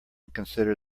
consider